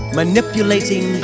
manipulating